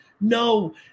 No